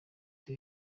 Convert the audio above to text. uti